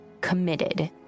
committed